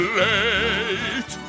late